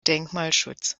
denkmalschutz